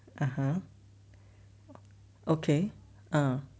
(uh huh) okay ah